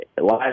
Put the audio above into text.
last